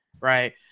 right